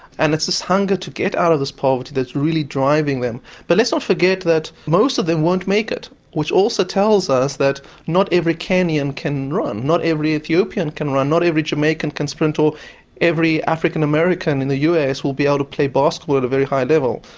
and it's this hunger to get out of this poverty that's really driving them. but let's not forget that most of them won't make it which also tells us that not every kenyan can run, not every ethiopian can run, not every jamaican can sprint, or every african american in the us will be able to play basketball at a very high level.